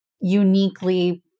uniquely